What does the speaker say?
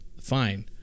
Fine